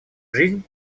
жизнь